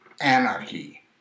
anarchy